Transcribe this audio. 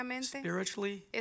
Spiritually